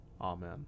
Amen